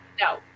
No